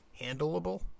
handleable